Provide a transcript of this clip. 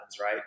right